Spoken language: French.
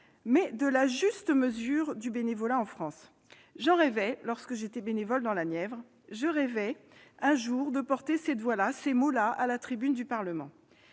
mais de la juste mesure du bénévolat en France. J'en rêvais, lorsque j'étais bénévole dans la Nièvre. Je rêvais de pouvoir un jour porter cette voix-là, ces mots-là, à la tribune du Parlement